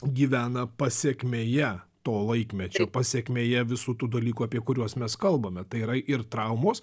gyvena pasekmėje to laikmečio pasekmėje visų tų dalykų apie kuriuos mes kalbame tai yra ir traumos